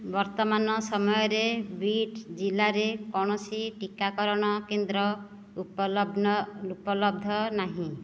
ବର୍ତ୍ତମାନ ସମୟରେ ବୀଡ୍ ଜିଲ୍ଲାରେ କୌଣସି ଟିକାକରଣ କେନ୍ଦ୍ର ଉପଲବ୍ଧ ନାହିଁ